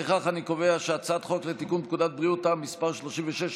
לפיכך אני קובע שהצעת חוק לתיקון פקודת בריאות העם (מס' 36,